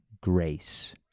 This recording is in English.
grace